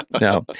no